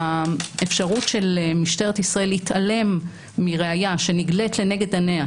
האפשרות של משטרת ישראל להתעלם מראיה שנגלית לנגב עיניה,